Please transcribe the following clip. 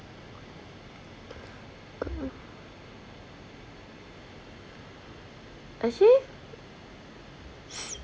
uh actually